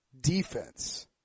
defense